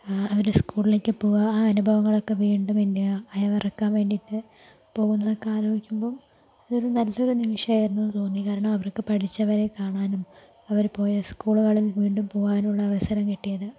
അവര് സ്കൂളിലേക്ക് പോവുക ആ അനുഭവങ്ങളൊക്കെ വീണ്ടും പിന്നെ അയവറക്കാൻ വേണ്ടിയിട്ട് പോകുന്നതൊക്കെ ആലോചിക്കുമ്പോൾ അതൊരു നല്ലൊരു നിമിഷമായിരുന്നു എന്ന് തോന്നി കാരണം അവർക്ക് പഠിച്ചവരെ കാണാനും അവര് പോയ സ്കൂളുകളിൽ വീണ്ടും പോകാനുള്ള അവസരം കിട്ടിയത്